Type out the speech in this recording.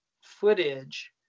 footage